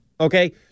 Okay